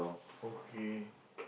okay